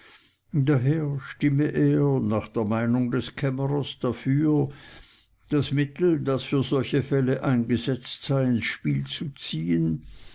daher stimme er nach der meinung des kämmerers dafür das mittel das für solche fälle eingesetzt sei ins spiel zu ziehen